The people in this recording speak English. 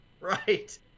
Right